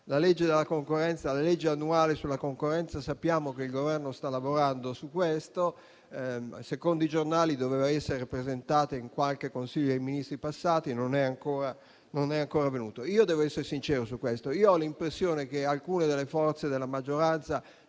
alla legge annuale sulla concorrenza, sappiamo che il Governo vi sta lavorando. Secondo la stampa doveva essere presentata in qualche Consiglio dei ministri passati, ma non è ancora avvenuto. Devo essere sincero su questo: ho l'impressione che alcune forze della maggioranza